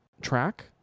track